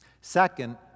second